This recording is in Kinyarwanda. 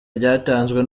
ryatanzwe